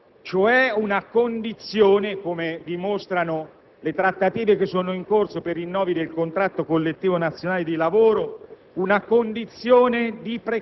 I dati del Ministero del lavoro mostrano che spendiamo 2,4 miliardi di euro per incentivare l'apprendistato,